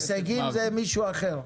הישגים זה מישהו אחר.